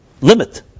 limit